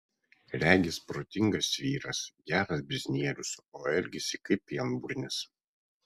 regis protingas vyras geras biznierius o elgiasi kaip pienburnis